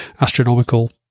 astronomical